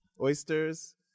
oysters